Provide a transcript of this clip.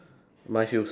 my shoes